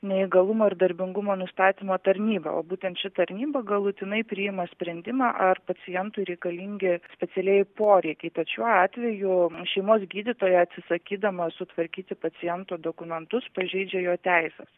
neįgalumo ir darbingumo nustatymo tarnybą o būtent ši tarnyba galutinai priima sprendimą ar pacientui reikalingi specialieji poreikiai tad šiuo atveju šeimos gydytoja atsisakydama sutvarkyti paciento dokumentus pažeidžia jo teises